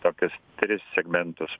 tokius tris segmentus